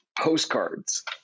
postcards